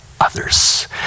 others